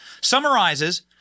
summarizes